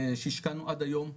שהשקענו עד היום,